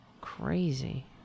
Crazy